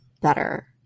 better